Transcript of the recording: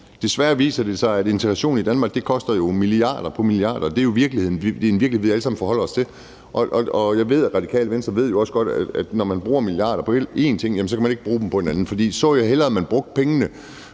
Desværre viser det sig, at integration i Danmark koster milliarder på milliarder. Det er jo virkeligheden, og det er en virkelighed, vi alle sammen forholder os til. Og jeg ved, at Radikale Venstre jo også godt ved, at når man bruger milliarder på en ting, så kan man ikke bruge dem på en anden. For så jeg hellere, at man brugte pengene